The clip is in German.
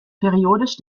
periodisch